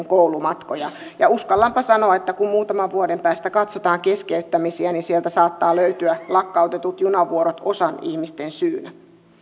koulumatkoja ja uskallanpa sanoa että kun muutaman vuoden päästä katsotaan keskeyttämisiä niin sieltä saattaa löytyä lakkautetut junavuorot osan ihmisistä syynä